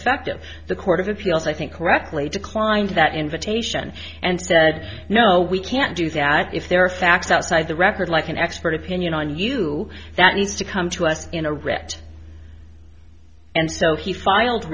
ineffective the court of appeals i think correctly declined that invitation and said no we can't do that if there are facts outside the record like an expert opinion on you that needs to come to us in a wrecked and so he filed